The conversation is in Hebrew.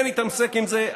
כן יתעסק עם זה,